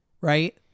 Right